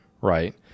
right